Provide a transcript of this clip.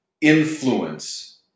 influence